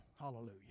Hallelujah